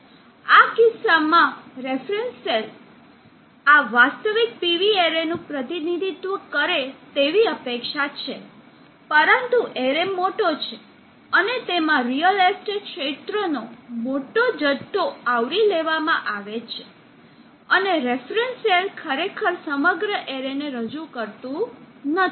આ કિસ્સામાં reference cell આ વાસ્તવિક PV એરેનું પ્રતિનિધિત્વ કરે તેવી અપેક્ષા છે પરંતુ એરે મોટો છે અને તેમાં રીઅલ એસ્ટેટ ક્ષેત્રનો મોટો જથ્થો આવરી લેવામાં આવે છે અને રેફરન્સ સેલ ખરેખર સમગ્ર એરેને રજૂ કરતું નથી